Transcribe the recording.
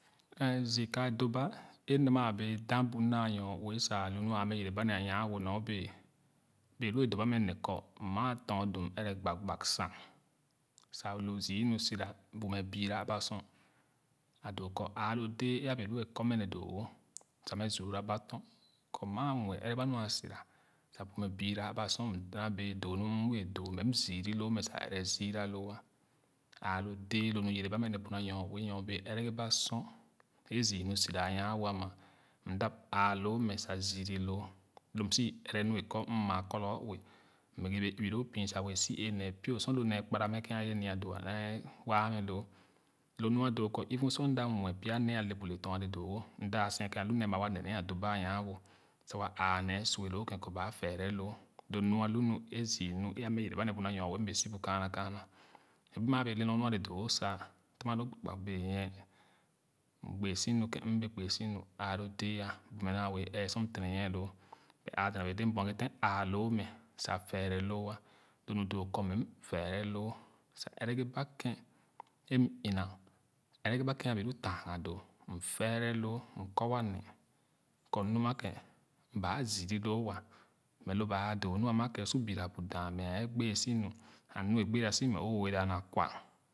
A zü ka e mna maa wɛɛ da bu na nyo we sa alu nu ãã mɛ yere ba ne a nyanwo nor bee bẽẽ loo e doo ba mɛ ne kɔ maa tɔn dum ɛrɛ gbagba sang sa lo zü onu sira bumɛ biiru uba sor a doo kɔ ããlo dɛɛ e a bee alu e kɔmɛ nee doo woa sa mɛ zuurra ba tɔr kɔ maa muɛ ɛrɛ ba nu asira sa bumɛ büra aba sor m züra loo é sa ɛrɛ züra loo alo dee lo nu yereba mɛ ne bu na nyoue myobee ɛrɛ a sor e zürü sira a nyanwo ama m dap aaloo mɛ sa züri loo lo m sü ɛrɛ nu e kɔ mm ma kɔ lorgo ue m egere bee ibi loo pü sa wɛɛ si ee nee pie sor lo ne kpara mɛ loo lo nua doo kɔ even sor m da muɛ pya nee ale bu letɔn a doowo m da sen-ken lu nee a wa nee a doba a nyan wo sa wa. àà nee sua loo ken kɔ ba a fɛɛrɛ loo lo mua é zü nu e a mɛ yere ba ne bu na nyoue m bee sü bu kaana kaana nyo bee maa bee le nor nu ale doo wo sa tema loo gbag benyie gbee si nu ken m bee gbee sunu àà lo dɛɛ ayi bu mɛ maa bee dee m buɛten ãã loo mɛ sa fɛɛrɛ wo ay lo nu doo kɔ m fɛɛrɛ loo sa ɛrɛ ba ken e m ina ɛrɛ ba ken a bee loo tanga doo m fɛɛrɛ loo m kɔ wa ne kɔ nu ma ken ba zün loo wa mɛ loo baa doo nu a ma ken sa sor büra bu dah mɛ ɛɛ gbee so mɛ nu e gbee si mɛ wɛɛ dana kwa